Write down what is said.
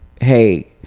hey